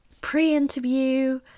Pre-interview